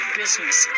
business